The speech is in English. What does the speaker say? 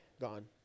Gone